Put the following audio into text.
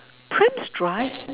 pram strap